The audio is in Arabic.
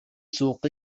سوق